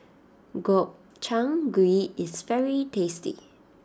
Gobchang Gui is very tasty